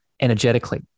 energetically